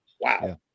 Wow